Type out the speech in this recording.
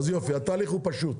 יופי, אז התהליך הוא פשוט.